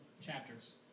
chapters